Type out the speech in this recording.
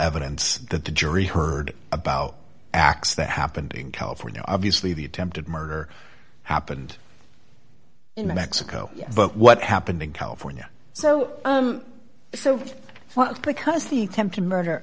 evidence that the jury heard about acts that happened in california obviously the attempted murder happened in mexico but what happened in california so so well because the attempted murder